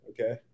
Okay